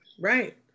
right